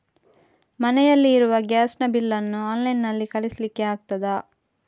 ಮನೆಯಲ್ಲಿ ಇರುವ ಗ್ಯಾಸ್ ನ ಬಿಲ್ ನ್ನು ಆನ್ಲೈನ್ ನಲ್ಲಿ ಕಳಿಸ್ಲಿಕ್ಕೆ ಆಗ್ತದಾ?